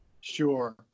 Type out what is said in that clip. Sure